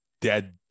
dead